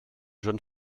jeune